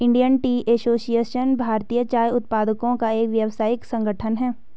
Indian Tea Association भारतीय चाय उत्पादकों का एक व्यावसायिक संगठन है